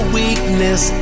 weakness